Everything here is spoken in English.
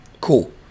Cool